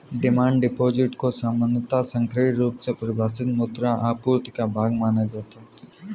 demand deposit को सामान्यतः संकीर्ण रुप से परिभाषित मुद्रा आपूर्ति का भाग माना जाता है